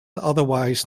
otherwise